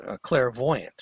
clairvoyant